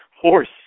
horse